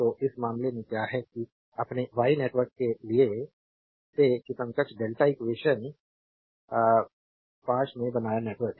तो उस मामले में क्या है कि अपने वाई नेटवर्क के लिए से कि समकक्ष डेल्टा इक्वेशन ४५ ४६ और ४७ पाश से बनाया नेटवर्क